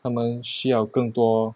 他们需要更多